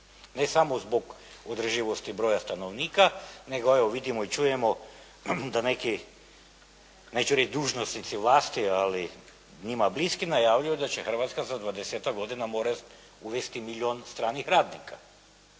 Ne sam zbog održivosti broja stanovnika nego, evo vidimo i čujemo da neki, neću reći dužnosnici vlasti, ali njima blisku najavljuju da će Hrvatska za dvadesetak godina morati uvesti milijun stranih radnika.